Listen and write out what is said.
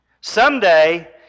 Someday